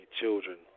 children